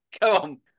come